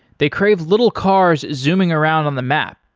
they crave little cars zooming around on the map.